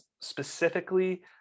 specifically